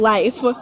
Life